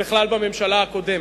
בכלל בממשלה הקודמת.